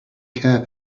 care